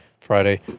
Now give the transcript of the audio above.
Friday